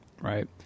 right